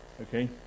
Okay